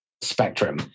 spectrum